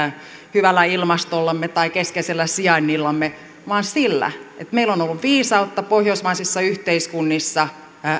hyvällä ilmastollamme tai keskeisellä sijainnillamme vaan sillä että meillä on ollut viisautta pohjoismaisissa yhteiskunnissa